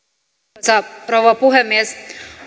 arvoisa rouva puhemies